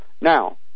Now